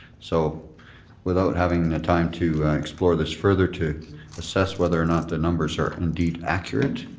so without having the time to explore this further to assess whether or not the numbers are indeed accurate,